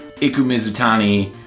ikumizutani